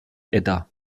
edda